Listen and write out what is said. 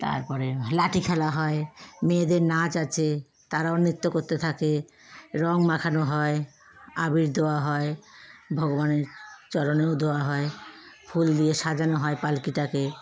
তারপরে লাঠি খেলা হয় মেয়েদের নাচ আছে তারাও নৃত্য করতে থাকে রঙ মাখানো হয় আবির দেওয়া হয় ভগবানের চরণেও দেওয়া হয় ফুল দিয়ে সাজানো হয় পালকিটাকে